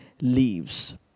leaves